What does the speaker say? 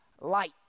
light